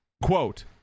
Quote